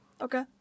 Okay